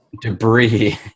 Debris